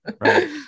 Right